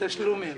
נכון, תשלומים,